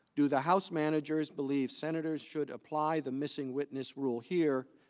to the house managers believe senator should apply the missing witness rule here,